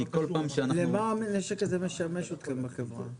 כי בכל פעם שאנחנו --- למה הנשק משמש אתכם בחברה?